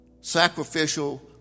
sacrificial